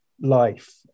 life